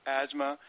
asthma